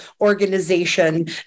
organization